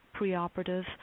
preoperative